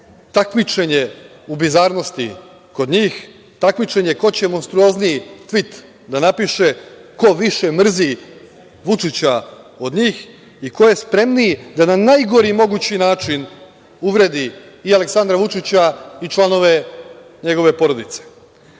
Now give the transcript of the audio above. takmičenje u bizarnosti kod njih. Takmičenje ko će monstruozniji tvit da napiše, ko više mrzi Vučića od njih i ko je spremniji da na najgori mogući način uvredi i Aleksandra Vučića i članove njegove porodice.